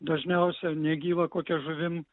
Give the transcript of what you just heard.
dažniausia negyva kokia žuvim